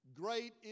Great